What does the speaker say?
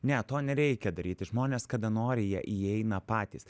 ne to nereikia daryti žmonės kada nori jie įeina patys